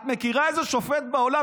את מכירה איזה שופט בעולם,